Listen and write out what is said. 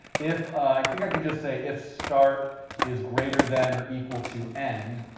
if, i think i can just say if start is greater than or equal to n,